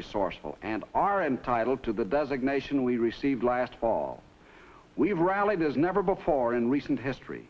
resourceful and are entitled to the designation we received last fall we have rallied there's never before in recent history